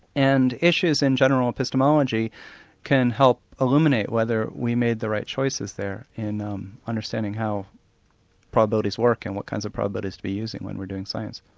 and issues in general epistemology can help iluminate whether we made the right choices there in understanding how probabilities work and what kinds of probabilities to be using when we're doing science.